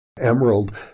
emerald